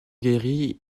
guéri